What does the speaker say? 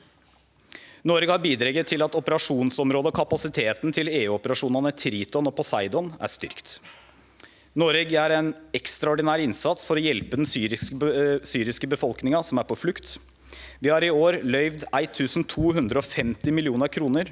Noreg har bidrege til å styrkje operasjonsområdet og kapasiteten til EU-operasjonane Triton og Poseidon. Noreg gjer ein ekstraordinær innsats for å hjelpe den syriske befolkninga som er på flukt. Vi har i år løyvd 1 250 mill. kr